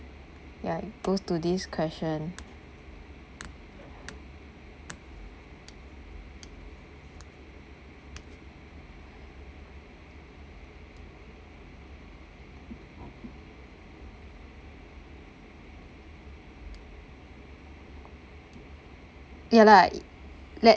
ya both to this question ya lah it let